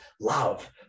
love